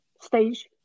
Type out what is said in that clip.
stage